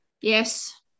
Yes